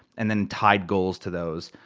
and then tied goals to those.